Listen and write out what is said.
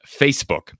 Facebook